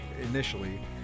initially